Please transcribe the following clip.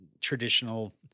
traditional